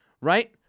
Right